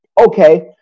okay